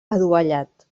adovellat